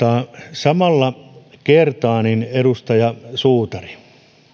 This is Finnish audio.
samalla kertaa edustaja suutari